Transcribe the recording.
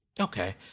okay